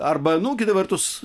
arba nu kita vertus